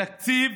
תקציב